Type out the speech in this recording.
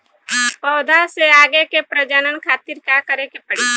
पौधा से आगे के प्रजनन खातिर का करे के पड़ी?